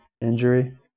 injury